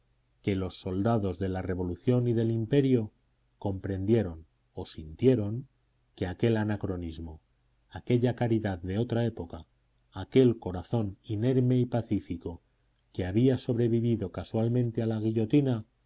que los soldados de la revolución y del imperio comprendieron o sintieron que aquel anacronismo aquella caridad de otra época aquel corazón inerme y pacífico que había sobrevivido casualmente a la guillotina